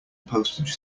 postage